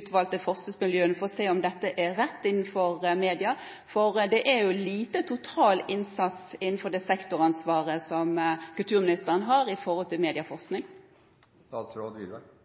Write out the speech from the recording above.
utvalgte forskningsmiljøene for å se om dette er rett innenfor media, for det er liten total innsats innenfor det sektoransvaret som kulturministeren har med tanke på medieforskning?